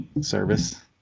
service